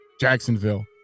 Jacksonville